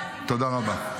תודה רבה.